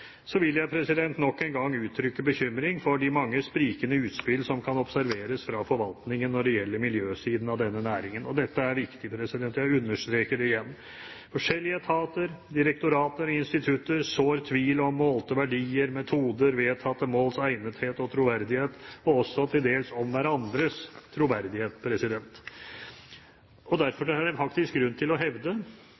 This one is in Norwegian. Så vil jeg nok en gang uttrykke bekymring for de mange sprikende utspill som kan observeres fra forvaltningen når det gjelder miljøsiden av denne næringen. Dette er viktig. Jeg understreker det igjen. Forskjellige etater, direktorater og institutter sår tvil om målte verdier, metoder, vedtatte måls egnethet og troverdighet, og til dels om hverandres troverdighet.